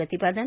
प्रतिपादन